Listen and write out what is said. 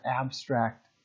abstract